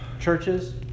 churches